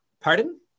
Pardon